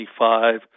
25